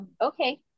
Okay